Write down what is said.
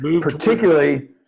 Particularly